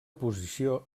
posició